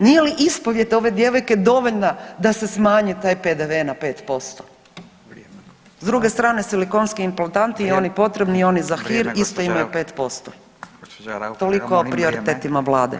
Nije li ispovijed ove djevojke dovoljna da se smanji taj PDV na 5%? [[Upadica: Vrijeme.]] S druge strane silikonski implantati i oni potrebni i oni za hit isto imaju 5% [[Upadica: Vrijeme gospođa Raukar.]] Toliko o prioritetima vlade.